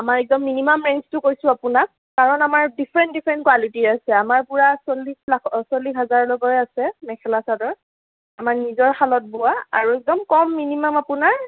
আমাৰ একদম মিনিমাম ৰেঞ্জটো কৈছোঁ আপোনাক কাৰণ আমাৰ ডিফাৰেন্ট ডিফাৰেন্ট কোৱালিটি আছে আমাৰ পূৰা চল্লিছ লাখ চল্লিছ হাজাৰলৈকে আছে মেখেলা চাদৰ আমাৰ নিজৰ শালত বোৱা আৰু একদম কম মিনিমাম আপোনাৰ